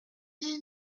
dix